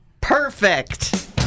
Perfect